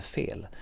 fel